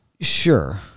Sure